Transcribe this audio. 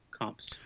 comps